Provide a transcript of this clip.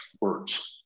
words